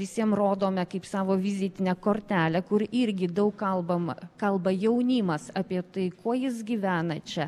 visiem rodome kaip savo vizitinę kortelę kur irgi daug kalbama kalba jaunimas apie tai kuo jis gyvena čia